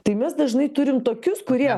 tai mes dažnai turim tokius kurie